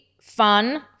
fun